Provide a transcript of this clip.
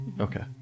Okay